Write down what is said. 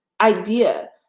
idea